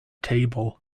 table